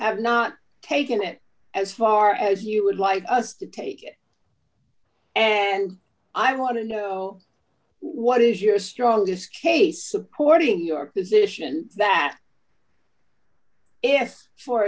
have not taken it as far as you would like us to take it and i want to know what is your strongest case of portie your position that if for